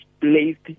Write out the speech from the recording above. placed